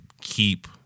keep